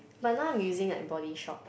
but now I'm using like Body-Shop